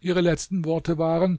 ihre letzten worte waren